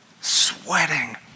sweating